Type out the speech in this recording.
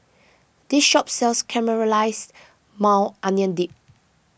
this shop sells Caramelized Maui Onion Dip